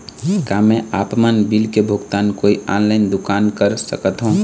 का मैं आपमन बिल के भुगतान कोई ऑनलाइन दुकान कर सकथों?